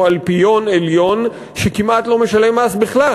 אלפיון עליון שכמעט לא משלם מס בכלל.